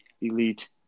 Elite